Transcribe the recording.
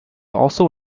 also